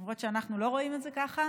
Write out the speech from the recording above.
למרות שאנחנו לא רואים את זה ככה,